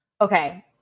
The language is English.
Okay